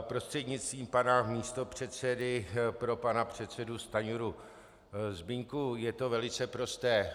Prostřednictvím pana místopředsedy pro pana předsedu Stanjuru: Zbyňku, je to velice prosté.